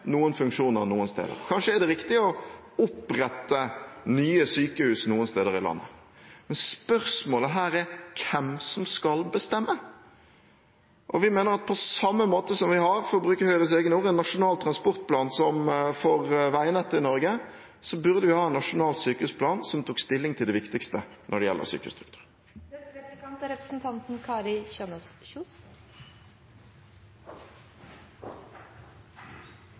noen funksjoner noen steder, kanskje er det riktig å opprette nye sykehus noen steder i landet. Spørsmålet her er hvem som skal bestemme, og vi mener at på samme måte som vi har, for å bruke Høyres egne ord, en nasjonal transportplan for veinettet i Norge, burde vi ha en nasjonal sykehusplan som tok stilling til det viktigste når det gjelder